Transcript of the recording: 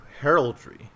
heraldry